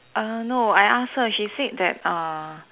err no I ask her she said that err